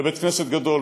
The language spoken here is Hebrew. לבית-כנסת גדול,